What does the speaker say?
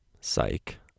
Psych